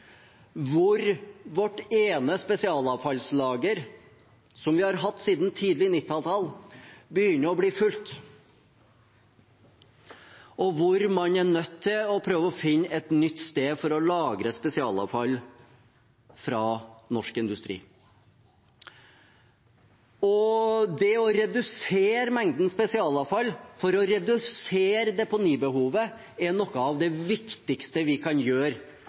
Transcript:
vårt ene spesialavfallslager, som vi har hatt siden tidlig 1990-tall, begynner å bli fullt, og der man er nødt til å prøve å finne et nytt sted å lagre spesialavfall fra norsk industri. Det å redusere mengden spesialavfall for å redusere deponibehovet er noe av det viktigste vi kan gjøre